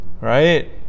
right